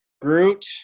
groot